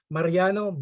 Mariano